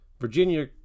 Virginia